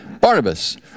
Barnabas